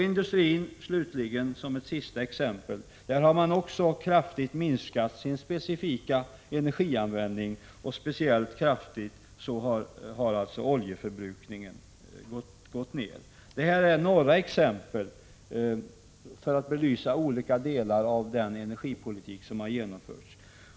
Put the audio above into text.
Som ett sista exempel vill jag ta upp industrin. Där har man också kraftigt minskat sin specifika energianvändning. Särskilt kraftigt har oljeförbrukningen gått ner. Det är några exempel som belyser olika delar av den energipolitik som genomförts.